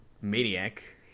Maniac